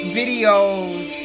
videos